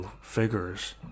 figures